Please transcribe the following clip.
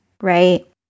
right